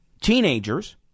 teenagers